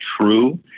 True